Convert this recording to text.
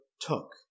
took